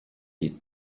you